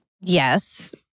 Yes